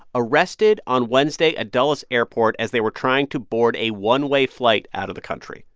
arrested on wednesday at dulles airport as they were trying to board a one-way flight out of the country.